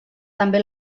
també